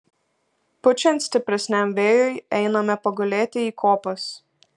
pučiant stipresniam vėjui einame pagulėti į kopas